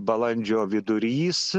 balandžio vidurys